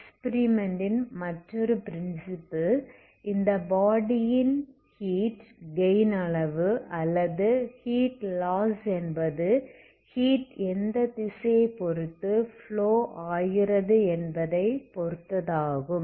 எக்ஸ்பிரிமெண்ட்டின் மற்றொரு பிரின்சிப்பிள் இந்த பாடி ன் ஹீட் கெயின் அளவு அல்லது ஹீட் லாஸ் என்பது ஹீட் எந்த திசையை பொறுத்து ஃப்ளோ ஆகிறது என்பதைப் பொறுத்ததாகும்